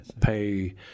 pay